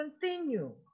continue